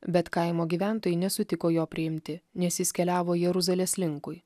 bet kaimo gyventojai nesutiko jo priimti nes jis keliavo jeruzalės linkui